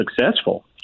successful